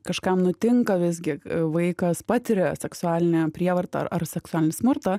kažkam nutinka visgi vaikas patiria seksualinę prievartą ar seksualinį smurtą